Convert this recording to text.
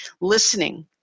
listening